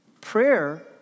Prayer